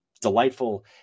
delightful